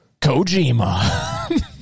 Kojima